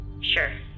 Sure